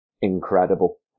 incredible